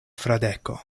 fradeko